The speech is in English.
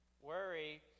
Worry